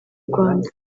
rwanda